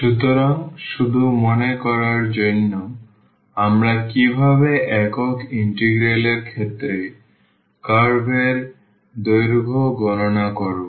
সুতরাং শুধু মনে করার জন্য আমরা কীভাবে একক ইন্টিগ্রাল এর ক্ষেত্রে কার্ভ এর দৈর্ঘ্য গণনা করব